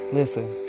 Listen